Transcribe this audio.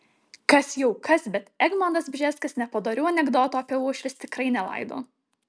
kas jau kas bet egmontas bžeskas nepadorių anekdotų apie uošves tikrai nelaido